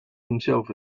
himself